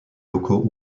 locaux